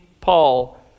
Paul